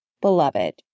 beloved